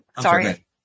sorry